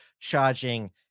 charging